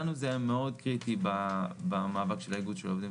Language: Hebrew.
וכן סוכמה פעימה נוספת שתקרה בטווח הזמן הנראה לעין.